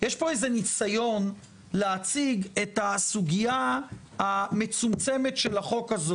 יש פה איזה ניסיון להציג את הסוגיה המצומצמת של החוק הזה